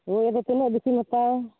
ᱦᱳᱭ ᱟᱫᱚ ᱛᱤᱱᱟᱹᱜ ᱵᱤᱥᱤᱢ ᱦᱟᱛᱟᱣᱟ